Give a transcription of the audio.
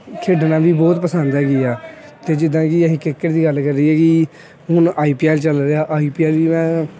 ਖੇਡਣਾ ਵੀ ਬਹੁਤ ਪਸੰਦ ਹੈਗੀ ਹੈ ਅਤੇ ਜਿੱਦਾਂ ਕਿ ਅਸੀਂ ਕ੍ਰਿਕਟ ਦੀ ਗੱਲ ਕਰੀਏ ਕਿ ਹੁਣ ਆਈ ਪੀ ਐਲ ਚੱਲ ਰਿਹਾ ਆਈ ਪੀ ਐਲ ਵੀ ਮੈਂ